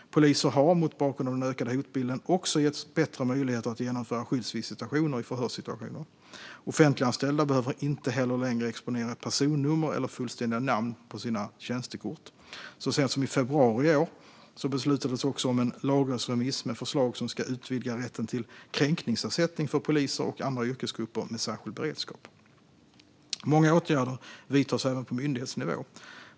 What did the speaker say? Poliser har, mot bakgrund av den ökade hotbilden, också getts bättre möjligheter att genomföra skyddsvisitationer i förhörssituationer. Offentliganställda behöver inte heller längre exponera personnummer eller fullständiga namn på sina tjänstekort. Så sent som i februari i år beslutades också en lagrådsremiss med förslag som ska utvidga rätten till kränkningsersättning för poliser och andra yrkesgrupper med särskild beredskap. Många åtgärder vidtas även på myndighetsnivå.